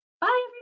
Bye